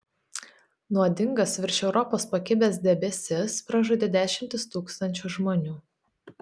nuodingas virš europos pakibęs debesis pražudė dešimtis tūkstančių žmonių